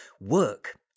work